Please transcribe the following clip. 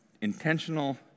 intentional